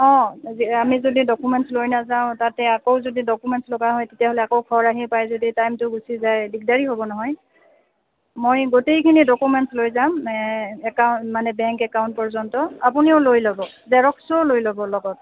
অঁ য আমি যদি ডকুমেণ্টছ লৈ নাযাওঁ তাতে আকৌ যদি ডকুমেণ্টছ লগা হয় তেতিয়াহ'লে আকৌ ঘৰ আহি পাই যদি টাইমটো গুচি যায় দিগদাৰি হ'ব নহয় মই গোটেইখিনি ডকুমেণ্টছ লৈ যাম একাউণ্ট মানে বেংক একাউণ্ট পৰ্য্য়ন্ত আপুনিও লৈ ল'ব জেৰক্সটোও লৈ ল'ব লগত